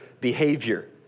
behavior